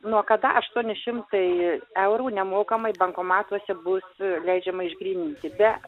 nuo kada aštuoni šimtai eurų nemokamai bankomatuose bus leidžiama išgryninti be